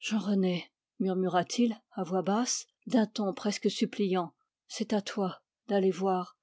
jean rené murmura-t-il à voix basse d'un ton presque suppliant c'est à toi d'aller voir